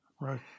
Right